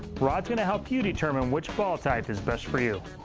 rod's going to help you determine which ball type is best for you.